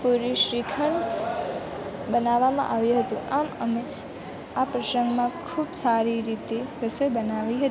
પૂરી શ્રીખંડ બનાવવામાં આવ્યું હતું આમ અમે આ પ્રસંગમાં ખૂબ સારી રીતે રસોઈ બનાવી હતી